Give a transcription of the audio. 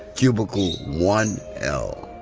cubicle one l.